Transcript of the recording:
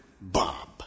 Bob